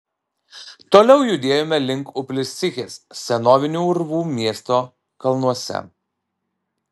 toliau judėjome link upliscichės senovinio urvų miesto kalnuose